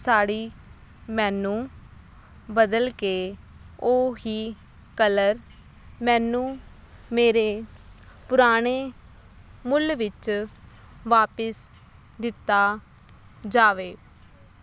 ਸਾੜੀ ਮੈਨੂੰ ਬਦਲ ਕੇ ਉਹ ਹੀ ਕਲਰ ਮੈਨੂੰ ਮੇਰੇ ਪੁਰਾਣੇ ਮੁੱਲ ਵਿੱਚ ਵਾਪਸ ਦਿੱਤਾ ਜਾਵੇ